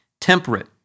temperate